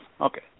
Okay